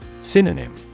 Synonym